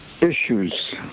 issues